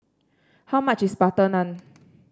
how much is butter naan